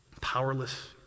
powerless